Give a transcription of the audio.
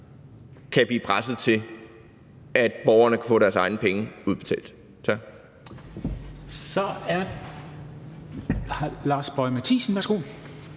kan blive presset til, at borgerne kan få deres egne penge udbetalt. Tak. Kl. 12:39 Formanden (Henrik